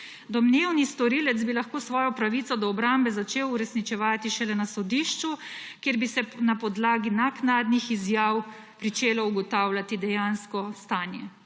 Domnevni storilec bi lahko svojo pravico do obrambe začel uresničevati šele na sodišču, kjer bi se na podlagi naknadnih izjav pričelo ugotavljati dejansko stanje.